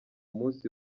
munsi